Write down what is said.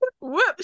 Whoops